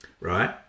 right